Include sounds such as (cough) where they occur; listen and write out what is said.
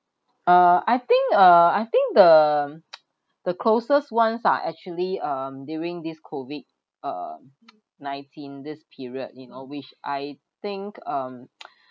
uh I think uh I think the (noise) the closest ones are actually um during this COVID um nineteen this period you know which I think um (noise)